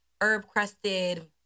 herb-crusted